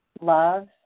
Love